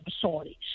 facilities